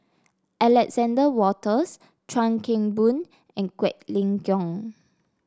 Alexander Wolters Chuan Keng Boon and Quek Ling Kiong